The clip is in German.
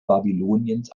babyloniens